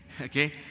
okay